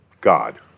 God